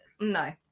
no